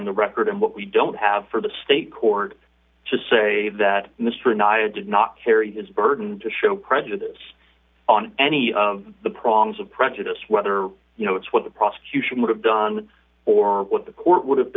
in the record and what we don't have for the state court to say that mr nada did not carry this burden to show prejudice on any of the prongs of prejudice whether you know it's what the prosecution would have done or what the court would have